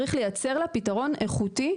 צריך לייצר לה פתרון איכותי,